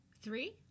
three